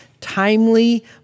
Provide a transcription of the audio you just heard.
timely